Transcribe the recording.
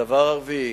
הדבר הרביעי,